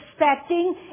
expecting